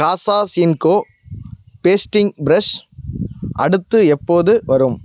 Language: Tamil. காசாஸின்கோ பேஸ்டிங் ப்ரஷ் அடுத்து எப்போது வரும்